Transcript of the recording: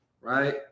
right